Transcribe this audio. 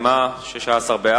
ליקויים), התש"ע 2009,